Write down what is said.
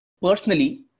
Personally